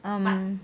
um